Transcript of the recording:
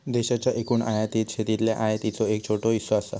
देशाच्या एकूण आयातीत शेतीतल्या आयातीचो एक छोटो हिस्सो असा